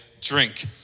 drink